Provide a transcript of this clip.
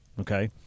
Okay